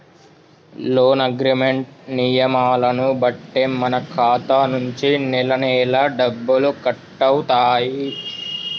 loan agreement నియమాలను బట్టే మన ఖాతా నుంచి నెలనెలా డబ్బులు కట్టవుతాయి